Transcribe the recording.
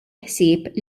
ħsieb